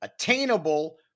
attainable